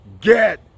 get